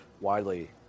widely